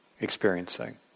experiencing